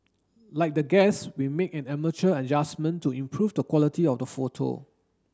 like the guests we made an amateur adjustment to improve the quality of the photo